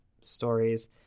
stories